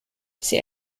sie